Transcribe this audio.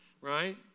right